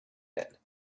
that